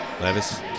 Levis